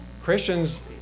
Christians